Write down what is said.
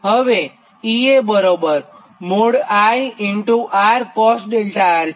હવે અહીં EA | I | R cos 𝛿R છે